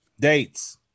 Dates